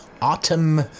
autumn